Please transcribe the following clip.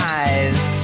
eyes